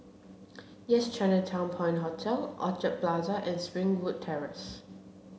Yes Chinatown Point Hotel Orchard Plaza and Springwood Terrace